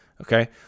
Okay